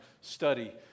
study